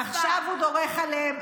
עכשיו הוא דורך עליהן.